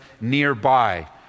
nearby